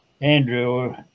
Andrew